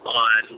on